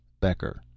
Becker